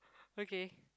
okay